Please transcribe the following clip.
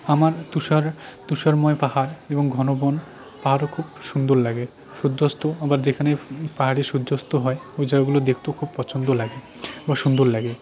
আমার তুষার তুষারময় পাহাড় এবং ঘন বন আরও খুব সুন্দর লাগে সূর্যাস্ত আবার যেখানে পাহাড়ে সূর্যাস্ত হয় ওই জায়গাগুলো দেখতেও খুব পছন্দ লাগে বা সুন্দর লাগে